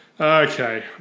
Okay